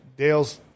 Dale's